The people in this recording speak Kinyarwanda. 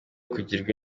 kugirwa